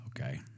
okay